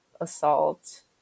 assault